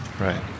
Right